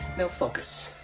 now focus.